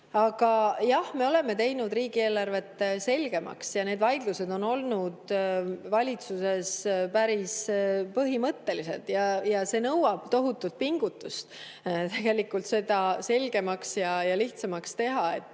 Aga jah, me oleme teinud riigieelarvet selgemaks ja need vaidlused on olnud valitsuses päris põhimõttelised. See nõuab tohutut pingutust seda selgemaks ja lihtsamaks teha.